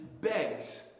begs